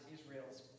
Israel's